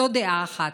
זו דעה אחת.